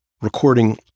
recording